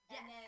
Yes